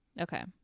Okay